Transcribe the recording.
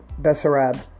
Bessarab